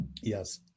Yes